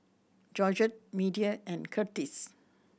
Georgette Media and Curtis